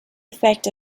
effect